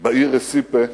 בעיר רסיפה,